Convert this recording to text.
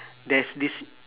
there's this